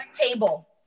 table